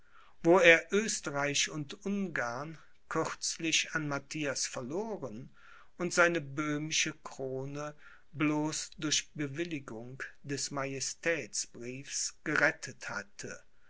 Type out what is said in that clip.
wo er oesterreich und ungarn kürzlich an matthias verloren und seine böhmische krone bloß durch bewilligung des majestätsbriefs gerettet hatte